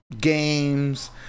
games